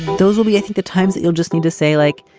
those will be, i think, the times you'll just need to say, like,